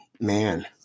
man